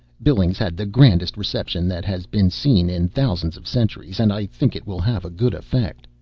billings had the grandest reception that has been seen in thousands of centuries, and i think it will have a good effect.